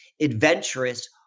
adventurous